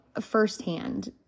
firsthand